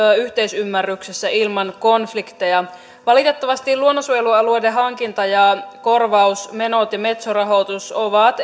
yhteisymmärryksessä ilman konflikteja valitettavasti luonnonsuojelualueiden hankinta ja korvausmenot ja metso rahoitus ovat